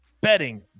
betting